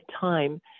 time